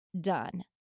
done